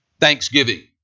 thanksgiving